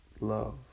love